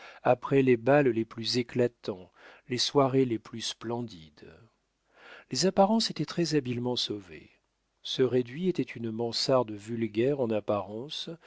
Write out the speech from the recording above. après les bals les plus éclatants les soirées les plus splendides les apparences étaient très-habilement sauvées ce réduit était une mansarde vulgaire en apparence